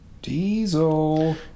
Diesel